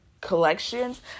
collections